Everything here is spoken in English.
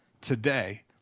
Today